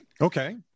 Okay